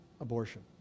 abortion